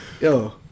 Yo